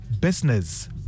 Business